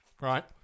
Right